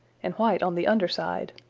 and white on the under side.